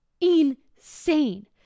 insane